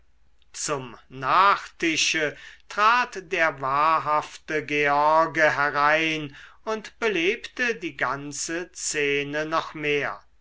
zum nachtische trat der wahrhafte george herein und belebte die ganze szene noch mehr